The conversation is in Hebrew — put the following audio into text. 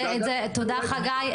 תודה חגי,